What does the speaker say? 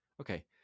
okay